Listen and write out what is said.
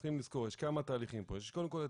צריכים לזכור שיש כמה תהליכים פה: קודם כל,